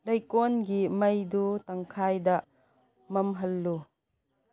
ꯂꯩꯀꯣꯜꯒꯤ ꯃꯩꯗꯨ ꯇꯪꯈꯥꯏꯗ ꯃꯝꯍꯜꯂꯨ